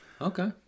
Okay